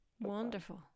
Wonderful